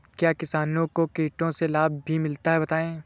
क्या किसानों को कीटों से लाभ भी मिलता है बताएँ?